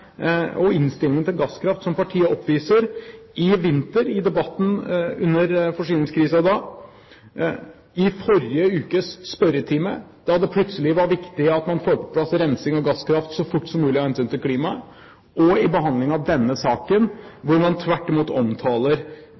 og innstillingen til gasskraft som partiet oppviser – i debatten under forsyningskrisen i vinter, og i forrige ukes spørretime, da det plutselig var viktig å få på plass rensing av gasskraft så fort som mulig av hensyn til klimaet, og i behandlingen av denne saken, hvor man tvert imot omtaler